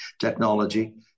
technology